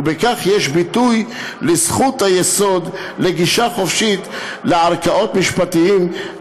ובכך יש ביטוי לזכות היסוד לגישה חופשית לערכאות משפטיות,